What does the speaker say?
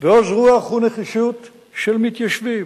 ועוז רוח ונחישות של מתיישבים,